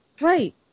Right